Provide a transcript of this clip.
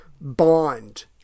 bond